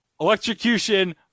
electrocution